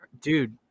Dude